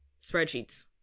spreadsheets